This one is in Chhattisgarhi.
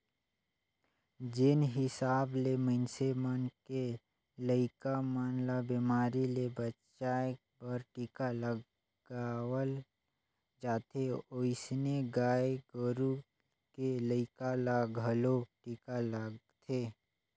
जेन हिसाब ले मनइसे मन के लइका मन ल बेमारी ले बचाय बर टीका लगवाल जाथे ओइसने गाय गोरु के लइका ल घलो टीका लगथे